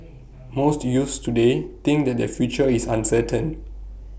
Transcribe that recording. most youths today think that their future is uncertain